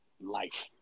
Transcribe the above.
life